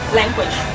language